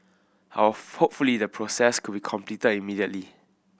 hopefully the process could be completed immediately